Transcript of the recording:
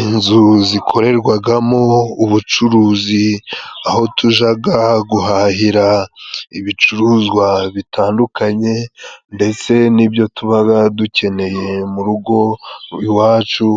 Inzu zikorerwagamo ubucuruzi, aho tujaga guhahira ibicuruzwa bitandukanye, ndetse n'ibyo tubaga dukeneye mu rugo iwacu,